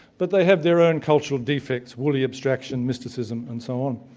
but they have their own cultural defects woolly abstraction, mysticism and so on.